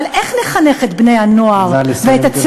אבל איך נחנך את בני-הנוער ואת נא לסיים, גברתי.